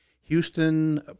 Houston